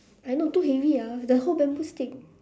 I know too heavy ah the whole bamboo stick